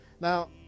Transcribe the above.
Now